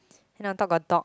then on top got dog